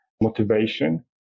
motivation